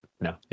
no